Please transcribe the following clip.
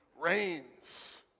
reigns